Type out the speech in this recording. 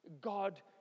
God